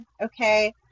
okay